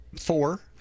Four